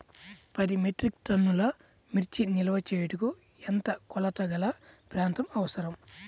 పది మెట్రిక్ టన్నుల మిర్చి నిల్వ చేయుటకు ఎంత కోలతగల ప్రాంతం అవసరం?